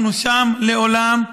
אנחנו שם לעולם.